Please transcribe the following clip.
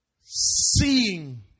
seeing